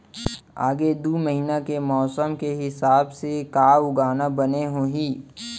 आगे दू महीना के मौसम के हिसाब से का उगाना बने होही?